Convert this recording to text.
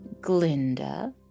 Glinda